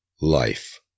Life